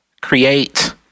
create